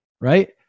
Right